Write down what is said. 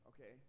okay